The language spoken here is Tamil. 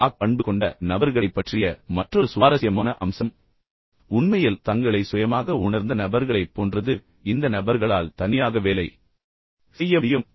என் ஆக் பண்பு கொண்ட நபர்களைப் பற்றிய மற்றொரு சுவாரஸ்யமான அம்சம் உண்மையில் தங்களை சுயமாக உணர்ந்த நபர்களைப் போன்றது இந்த நபர்களால் முடியும் தனியாக வேலை செய்ய முடியும்